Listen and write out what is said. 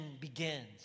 begins